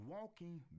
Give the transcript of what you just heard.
walking